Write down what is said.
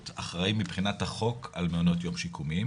אחראי מבחינת החוק על מעונות יום שיקומיים.